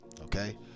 Okay